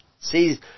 see